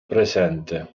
presente